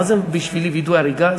מה זה בשבילי וידוא הריגה?